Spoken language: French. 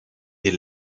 ils